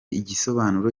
igisobanuro